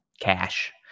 cash